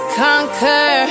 conquer